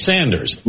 Sanders